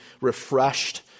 refreshed